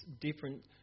different